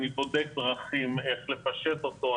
אני בודק דרכים איך לפשט אותו,